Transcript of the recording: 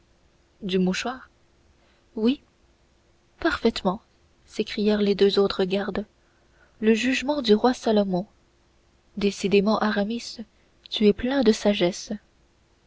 du mouchoir oui parfaitement s'écrièrent les deux autres gardes le jugement du roi salomon décidément aramis tu es plein de sagesse